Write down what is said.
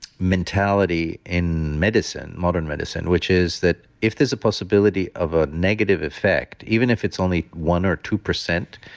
mentality in medicine, modern medicine, which is that if there's a possibility of a negative effect, even if it's only one percent or two percent,